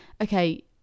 okay